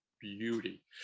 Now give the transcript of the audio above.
beauty